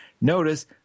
Notice